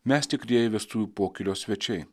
mes tikrieji vestuvių pokylio svečiai